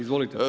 Izvolite.